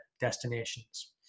destinations